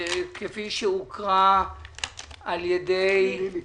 כפי שהוקרא על ידי לילי